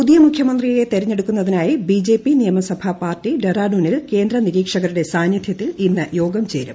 പുതിയ മുഖ്യമന്ത്രിയെ തെരഞ്ഞെടുക്കാനായി ബിജെപി നിമസഭാ പാർട്ടി ഡെറാഡൂണിൽ കേന്ദ്ര നിരീക്ഷകരുടെ സാന്നിദ്ധ്യത്തിൽ ഇന്ന് യോഗം ചേരും